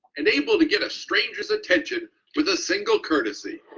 and able to get a strangers attention with a simple courtesy.